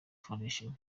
foundation